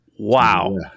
Wow